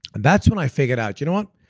and that's when i figured out, you know what,